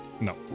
No